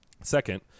Second